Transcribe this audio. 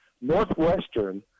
Northwestern